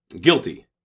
guilty